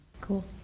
Cool